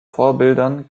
vorbildern